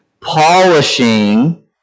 polishing